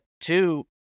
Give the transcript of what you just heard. Two